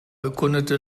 bekundete